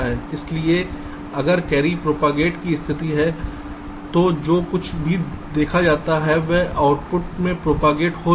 इसलिए अगर carry propagate की स्थिति है तो जो कुछ भी देखा जाता है वह आउटपुट में प्रोपागेट हो जाएगा